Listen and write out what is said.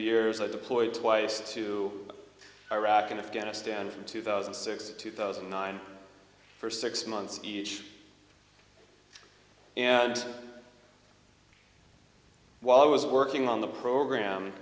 years i deployed twice to iraq and afghanistan from two thousand and six two thousand and nine for six months each and while i was working on the program